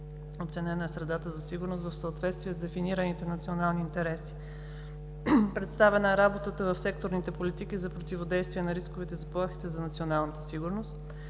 Оценена е средата за сигурност в съответствие с дефинираните национални интереси. Представена е работата в секторните политики за противодействие на рисковете и заплахите за националната сигурност.